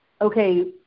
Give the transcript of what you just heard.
okay